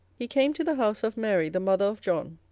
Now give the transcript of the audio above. he came to the house of mary the mother of john,